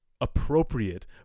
appropriate